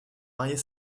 marier